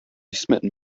smitten